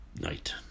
night